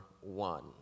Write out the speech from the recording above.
one